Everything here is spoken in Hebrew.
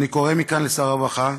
אני קורא מכאן לשר הרווחה,